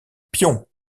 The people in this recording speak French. pion